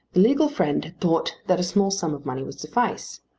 the legal friend had thought that a small sum of money would suffice.